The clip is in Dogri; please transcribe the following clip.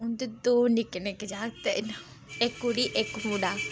उं'दे दो निक्के निक्के जागत न इक कुड़ी इक मुड़ा